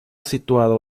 situado